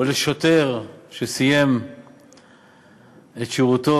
או לשוטר שסיים את שירותו.